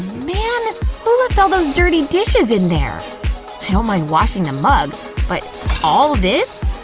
man. who left all those dirty dishes in there? i don't mind washing the mug but all this?